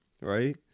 Right